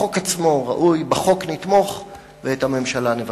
החוק עצמו ראוי, בחוק נתמוך, ואת הממשלה נבקר.